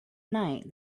night